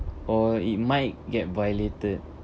or it might get violated